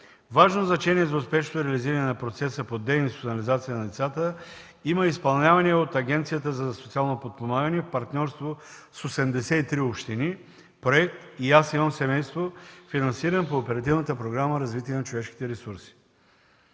Важно значение за успешно реализиране на процеса по деинституционализация на децата има изпълнявания от Агенцията за социално подпомагане и партньорство с 83 общини проект „И аз имам семейство“, финансиран по Оперативната програма „Развитие на човешките ресурси“.